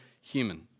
human